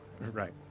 Right